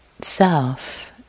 self